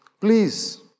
Please